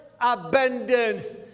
abundance